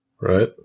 Right